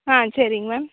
ஆ சரிங்க மேம்